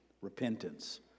repentance